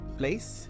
place